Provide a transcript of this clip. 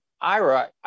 ira